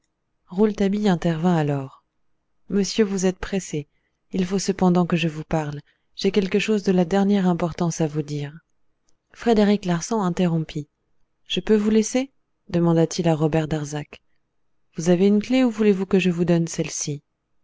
rouletabille intervint alors monsieur vous êtes pressé il faut cependant que je vous parle j'ai quelque chose de la dernière importance à vous dire frédéric larsan interrompit je peux vous laisser demanda-t-il à robert darzac avez-vous une clef ou voulez-vous que je vous donne celle-ci